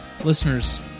listeners